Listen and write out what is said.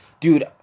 Dude